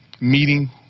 meeting